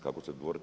Kako se